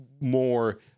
more